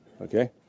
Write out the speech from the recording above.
okay